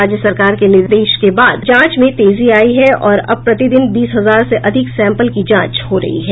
राज्य सरकार के निर्देश के बाद जांच में तेजी आयी है और अब प्रतिदिन बीस हजार से अधिक सैंपल की जांच हो रही है